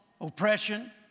oppression